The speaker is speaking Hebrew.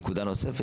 נקודה נוספת